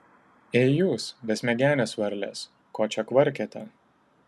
ei jūs besmegenės varlės ko čia kvarkiate